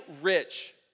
rich